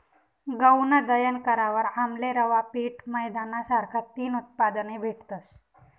गऊनं दयन करावर आमले रवा, पीठ, मैदाना सारखा तीन उत्पादने भेटतस